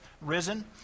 risen